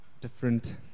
different